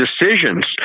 decisions